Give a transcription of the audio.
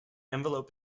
envelope